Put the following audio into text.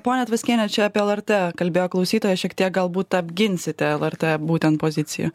ponia tvaskiene čia apie lrt kalbėjo klausytojas šiek tiek galbūt apginsite lrt būtent poziciją